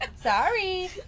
Sorry